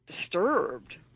disturbed